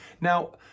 now